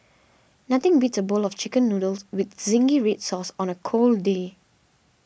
nothing beats a bowl of Chicken Noodles with Zingy Red Sauce on a cold day